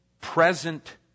present